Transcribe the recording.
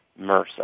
MRSA